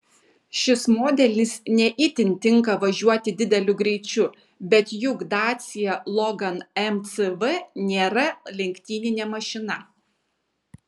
šis modelis ne itin tinka važiuoti dideliu greičiu bet juk dacia logan mcv nėra lenktyninė mašina